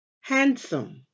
handsome